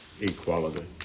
equality